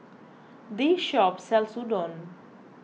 this shop sells Udon